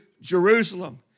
jerusalem